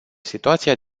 situația